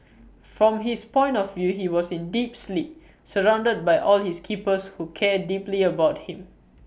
from his point of view he was in deep sleep surrounded by all his keepers who care deeply about him